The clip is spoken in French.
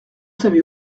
savez